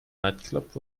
nightclub